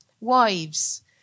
Wives